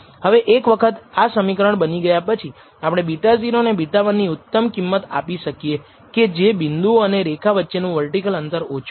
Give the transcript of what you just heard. હવે એક વખત આ સમીકરણ બની ગયા પછી આપણે β0 અને β1 ની ઉત્તમ કિંમત આપી શકીએ કે જે બિંદુઓ અને રેખા વચ્ચેનું વર્ટિકલ અંતર ઓછું હોય